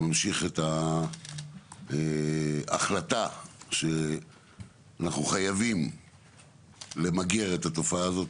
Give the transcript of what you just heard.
שממשיך את ההחלטה שאנחנו חייבים למגר את התופעה הזאת,